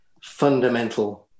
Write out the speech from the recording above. fundamental